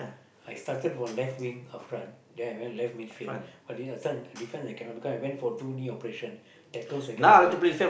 I started from left wing half run then I went left mid field but then defense defense I cannot because I went for two knee operation tackles I cannot go in